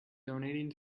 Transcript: donating